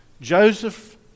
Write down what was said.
Joseph